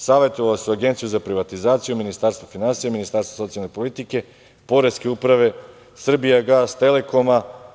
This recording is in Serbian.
Savetovao se u Agenciji za privatizaciju, Ministarstva finansija, Ministarstva socijalne politike, Poreske uprave, „Srbijagas“, „Telekoma“